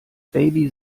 baby